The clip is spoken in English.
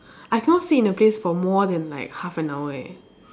I cannot sit in a place for more than like half an hour eh